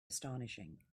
astonishing